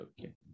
Okay